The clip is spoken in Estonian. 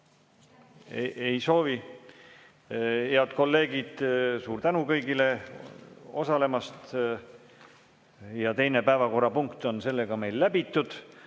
Ei soovi. Head kolleegid, suur tänu kõigile osalemast! Teine päevakorrapunkt on meil läbitud.